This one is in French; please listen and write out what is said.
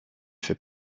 fait